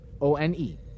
O-N-E